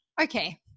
Okay